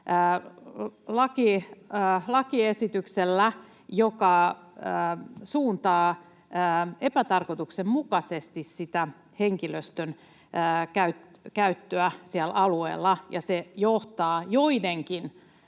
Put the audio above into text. lakiesityksellä, joka suuntaa epätarkoituksenmukaisesti sitä henkilöstön käyttöä siellä alueilla, ja se johtaa myös joidenkin